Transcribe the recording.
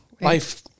life